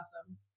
awesome